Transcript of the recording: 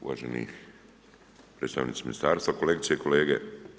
Uvaženi predstavnici ministarstva, kolegice i kolege.